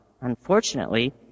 Unfortunately